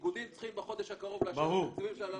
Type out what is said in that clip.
איגודים צריכים בחודש הקרוב לאשר את התקציבים של 2019,